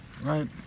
Right